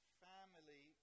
family